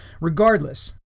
regardless